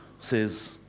says